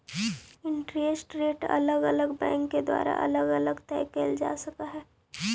interest rate अलग अलग bank के द्वारा अलग अलग तय कईल जा सकऽ हई